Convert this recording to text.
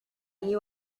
you